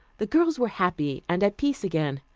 the girls were happy and at peace again.